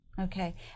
okay